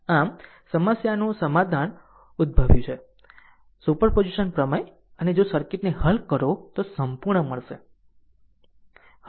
આમ સમસ્યાનું સમાધાન ઉદ્ભવ્યું સુપરપોઝિશન પ્રમેય અને જો સર્કિટને હલ કરો તો સંપૂર્ણ મળશે